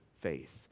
faith